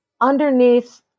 underneath